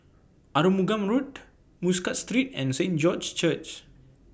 Arumugam Road Muscat Street and Saint George's Church